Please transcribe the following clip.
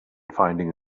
finding